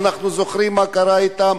אנחנו זוכרים מה קרה אתם.